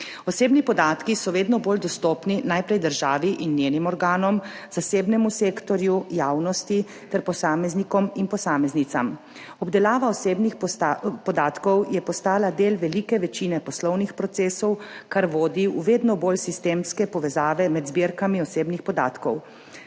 Osebni podatki so vedno bolj dostopni, najprej državi in njenim organom, zasebnemu sektorju, javnosti ter posameznikom in posameznicam. Obdelava osebnih podatkov je postala del velike večine poslovnih procesov, kar vodi v vedno bolj sistemske povezave med zbirkami osebnih podatkov.